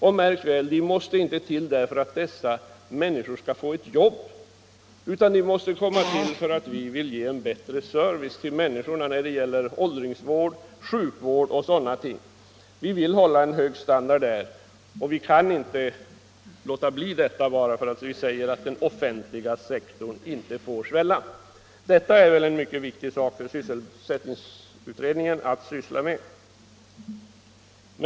Och — märk väl — de måste inte till därför att fler människor skall få ett jobb, utan därför att vi vill ge människorna en bättre service när det gäller åldringsvård, sjukvård osv. Vi vill hålla en hög standard där, och vi kan inte låta bli detta bara för att man säger att den offentliga sektorn inte får svälla. Detta är en mycket viktig sak för sysselsättningsutredningen att arbeta med.